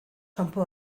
kanpo